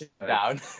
down